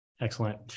Excellent